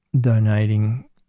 donating